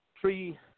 tree